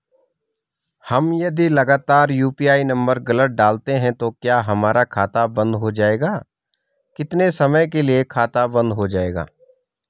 हम यदि लगातार यु.पी.आई नम्बर गलत डालते हैं तो क्या हमारा खाता बन्द हो जाएगा कितने समय के लिए खाता बन्द हो जाएगा?